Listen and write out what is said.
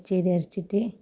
പച്ചരി അരച്ചിട്ട്